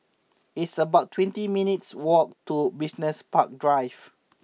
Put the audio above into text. it's about twenty three minutes' walk to Business Park Drive